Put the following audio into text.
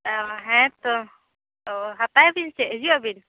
ᱚᱸᱻ ᱦᱮᱸ ᱛᱚ ᱚᱸᱻ ᱦᱟᱛᱟᱭ ᱟᱹᱵᱤᱱ ᱪᱮᱫ ᱦᱤᱡᱩᱜ ᱟᱹᱵᱤᱱ